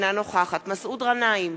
אינה נוכחת מסעוד גנאים,